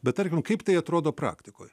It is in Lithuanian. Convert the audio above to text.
bet tarkim kaip tai atrodo praktikoj